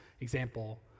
example